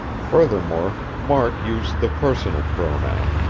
furthermore, mark used the personal pronoun,